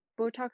botox